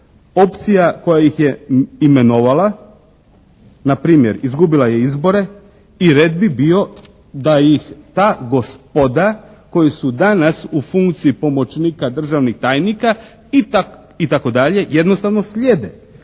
Opcija koja ih je imenovala, npr. izgubila je izbore i red bi bio da ih ta gospoda koji su danas u funkciji pomoćnika državnih tajnika ipak itd. jednostavno slijede,